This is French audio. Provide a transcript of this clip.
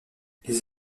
les